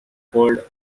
called